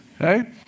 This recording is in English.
Okay